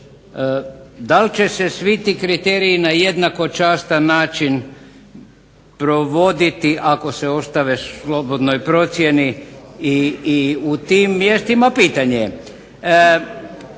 Da li će se svi ti kriteriji na jednako častan način provoditi ako se ostave slobodnoj procjeni i u tim mjestima pitanje.